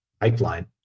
pipeline